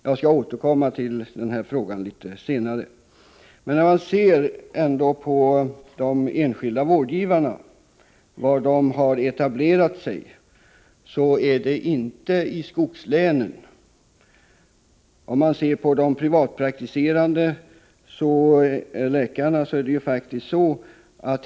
Jag skall återkomma till den saken litet senare. Om man studerar var de enskilda vårdgivarna har etablerat sig, finner man att det inte är i skogslänen.